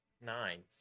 Nine